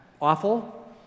awful